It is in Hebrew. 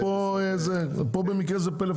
לא, פה במקרה זה טלפונים.